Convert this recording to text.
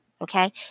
Okay